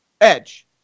edge